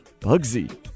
Bugsy